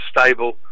stable